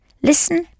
Listen